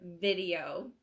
video